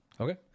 Okay